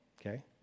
Okay